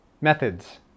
methods